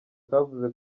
kavuze